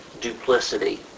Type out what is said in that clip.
duplicity